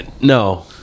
no